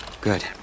Good